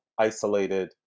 isolated